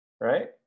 right